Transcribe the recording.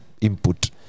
input